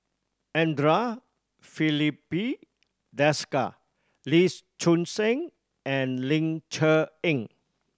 Andre Filipe Desker Lee Choon Seng and Ling Cher Eng